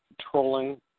trolling